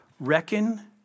Reckon